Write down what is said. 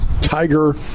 Tiger